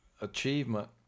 achievement